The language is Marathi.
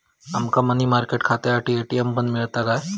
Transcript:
आमका मनी मार्केट खात्यासाठी ए.टी.एम पण मिळता काय?